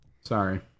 Sorry